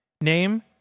Name